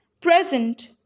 present